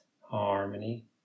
harmony